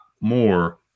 more